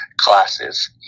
classes